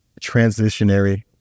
transitionary